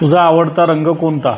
तुझा आवडता रंग कोणता